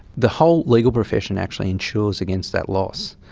the whole legal professional actually insures against that loss.